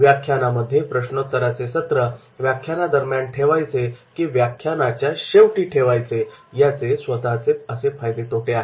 व्याख्यानामध्ये प्रश्नोत्तराचे सत्र व्याख्यानादरम्यान ठेवायचे की व्याख्यानाच्या शेवटी ठेवायचे याचे स्वतःचे असे फायदे तोटे आहेत